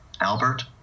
albert